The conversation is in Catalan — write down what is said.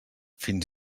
fins